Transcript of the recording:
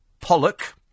Pollock